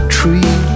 tree